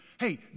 Hey